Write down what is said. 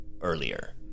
earlier